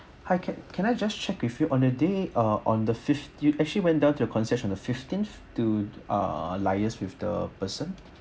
hi can I just check with you the day uh on the fifth you actually went down to the concierge of fifteenth to uh liaise with the person